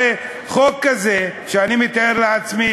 הרי חוק כזה, שאני מתאר לעצמי